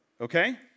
okay